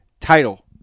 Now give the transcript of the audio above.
Title